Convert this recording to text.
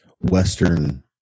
Western